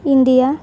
India